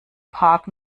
park